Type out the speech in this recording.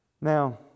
Now